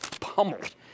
pummeled